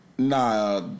Nah